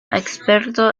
experto